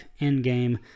Endgame